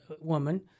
woman